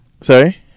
Sorry